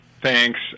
Thanks